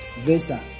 visa